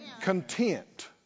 Content